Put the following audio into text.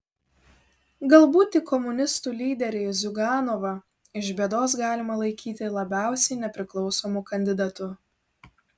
galbūt tik komunistų lyderį ziuganovą iš bėdos galima laikyti labiausiai nepriklausomu kandidatu